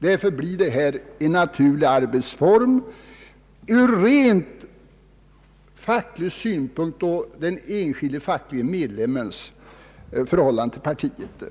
Därför blir detta en naturlig arbetsform ur rent facklig synpunkt och beträffande den enskilde facklige medlemmens förhållande till det